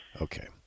Okay